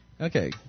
Okay